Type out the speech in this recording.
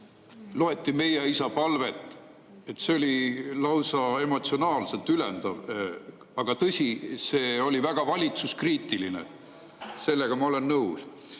loeti meieisapalvet – see oli lausa emotsionaalselt ülendav. Aga tõsi, see oli väga valitsusekriitiline, sellega ma olen nõus. Ma